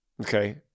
okay